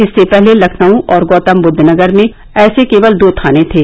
इससे पहले लखनऊ और गौतमबुद्दनगर में ऐसे केवल दो थाने थे